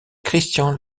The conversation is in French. christian